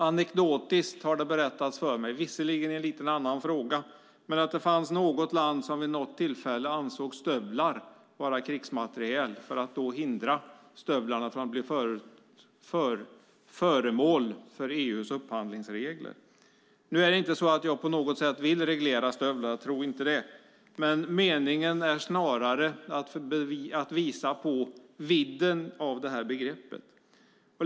Anekdotiskt har det berättats för mig, visserligen i en lite annan fråga, att det fanns något land som vid något tillfälle ansåg stövlar vara krigsmateriel för att hindra stövlarna från att bli föremål för EU:s upphandlingsregler. Nu är det inte så att jag på något sätt vill reglera stövlar, tro inte det. Meningen är snarare att visa vidden av begreppet.